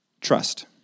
Trust